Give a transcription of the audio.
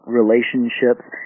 relationships